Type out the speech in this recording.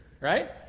right